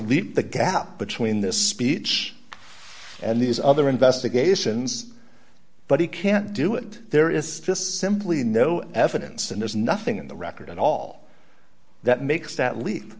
leave the gap between this speech and these other investigations but he can't do it there is simply no evidence and there's nothing in the record at all that makes that leap